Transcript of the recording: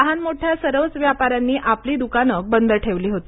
लहान मोठ्या सर्वच व्यापाऱ्यांनी आपली द्काने बंद ठेवली होती